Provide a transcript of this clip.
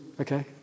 Okay